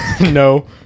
No